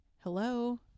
hello